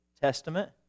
Testament